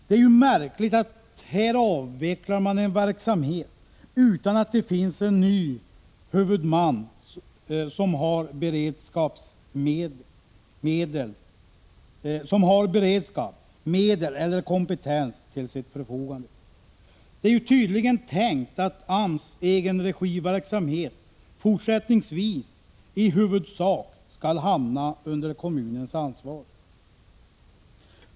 Det är märkligt att en verksamhet avvecklas utan att det finns en ny huvudman som har beredskap, medel eller kompetens till sitt förfogande. Det är tydligen tänkt att AMS egenregiverksamhet fortsättningsvis skall hamna i huvudsak under kommunens ansvar.